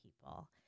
people